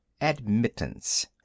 admittance